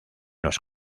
los